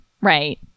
right